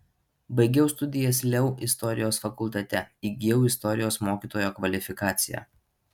baigiau studijas leu istorijos fakultete įgijau istorijos mokytojo kvalifikaciją